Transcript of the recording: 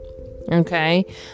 okay